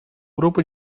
grupo